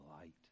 light